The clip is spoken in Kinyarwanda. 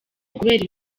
ukubera